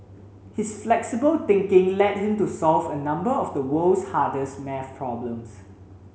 his flexible thinking led him to solve a number of the world's hardest maths problems